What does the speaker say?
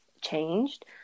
changed